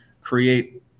create